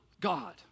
God